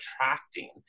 attracting